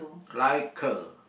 like a